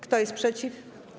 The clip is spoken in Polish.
Kto jest przeciw?